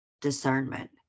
discernment